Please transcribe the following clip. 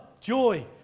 joy